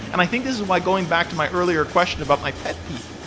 and i think is why going back to my earlier question about my pet peeve.